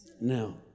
Now